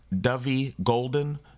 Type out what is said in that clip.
Dovey-Golden